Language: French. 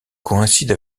coïncide